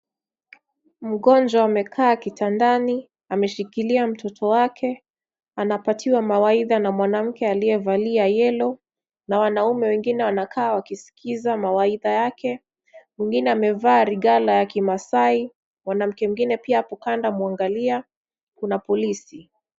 Mgonjwa amekaa kitandani ameshikilia mtoto wake, anapatiwa mawaidha na mwanamke aliyevalia yellow na wanaume wengine wanakaa wakiskiza mawaidha yake. Mwingine amevaa rigala ya kimaasai. Mwanamke mwingine hapo kando amwangalia. Kuna polisi.